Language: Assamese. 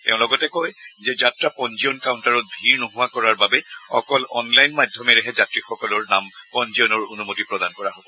তেওঁ লগতে কয় যে যাত্ৰা পঞ্জীয়ন কাউণ্টাৰত ভীৰ নোহোৱা কৰাৰ বাবে অকল অনলাইন মাধ্যমেৰেহে যাত্ৰীসকলক নাম পঞ্জীয়নৰ অনুমতি প্ৰদান কৰা হ'ব